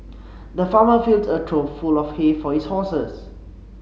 the farmer filled a trough full of hay for his horses